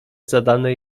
zadane